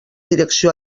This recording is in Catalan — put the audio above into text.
direcció